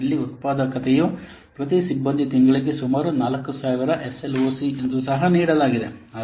ಇಲ್ಲಿ ಉತ್ಪಾದಕತೆಯು ಪ್ರತಿ ಸಿಬ್ಬಂದಿ ತಿಂಗಳಿಗೆ ಸುಮಾರು 4000 ಎಸ್ ಎಲ್ ಒ ಸಿ ಎಂದು ಸಹ ನೀಡಲಾಗಿದೆ